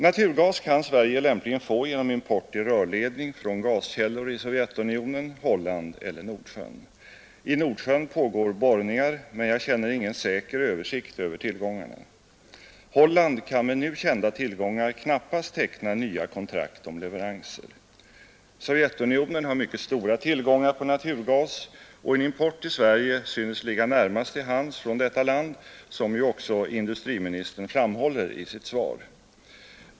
Naturgas kan Sverige lämpligen få genom import i rörledning från gaskällor i Sovjetunionen, Holland eller Nordsjön. I Nordsjön pågår borrningar, men jag känner ingen säker översikt över tillgångarna. Holland kan med nu kända tillgångar knappast teckna nya kontrakt om leveranser. Sovjetunionen har mycket stora tillgångar, och en import till Sverige synes ligga närmast till hands från detta land, som ju också industriministern framhåller i sitt svar.